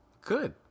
good